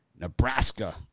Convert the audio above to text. Nebraska